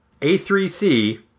A3C